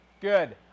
Good